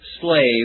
slave